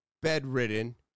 bedridden